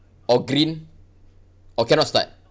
or green or cannot start